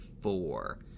four